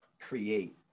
create